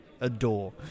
adore